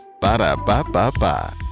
ba-da-ba-ba-ba